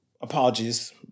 apologies